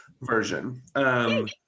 version